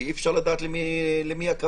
ואי אפשר לדעת למי הכוונה.